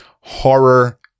horror